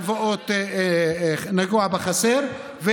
וגם כל הטיפול בהלוואות לוקה בחסר.